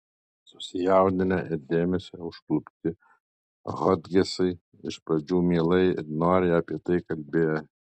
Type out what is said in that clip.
susijaudinę ir dėmesio užklupti hodgesai iš pradžių mielai ir noriai apie tai kalbėjo